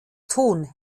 tun